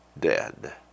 dead